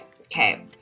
Okay